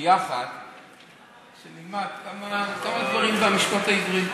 שנלמד יחד כמה דברים מהמשפט העברי.